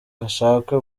hashakwe